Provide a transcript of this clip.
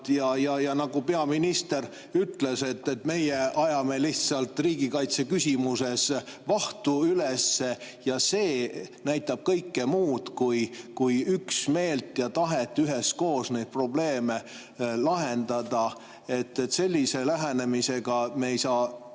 Ja nagu peaminister ütles: meie ajame lihtsalt riigikaitse küsimuses vahtu üles. See näitab kõike muud kui üksmeelt ja tahet üheskoos neid probleeme lahendada. Sellise lähenemisega me ei saa